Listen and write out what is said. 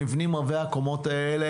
המבנים רבי הקומות האלה,